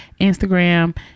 Instagram